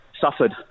suffered